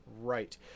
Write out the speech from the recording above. right